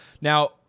Now